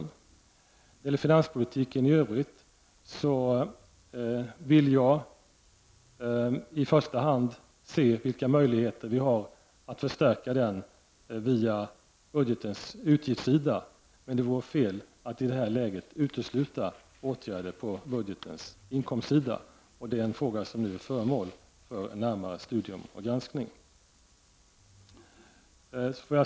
När det gäller finanspolitiken i övrigt vill jag i första hand se vilka möjligheter vi har att förstärka den via budgetens utgiftssida. Men det vore fel att i det här läget utesluta åtgärder på budgetens inkomstsida, och det är en fråga som nu är föremål för närmare studium och granskning.